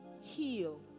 Heal